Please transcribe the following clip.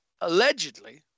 allegedly